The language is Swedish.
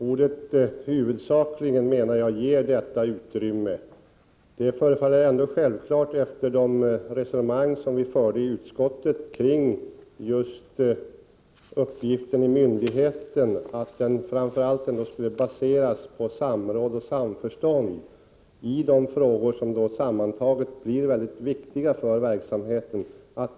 Fru talman! Ordet ”huvudsakligen” ger, menar jag, detta utrymme. Det förefaller ändå självklart, efter de resonemang som vi förde i utskottet kring just frågan om myndighetens uppgifter, att de skall baseras på samråd och samförstånd i de frågor som sammantaget blir mycket viktiga för verksamheten.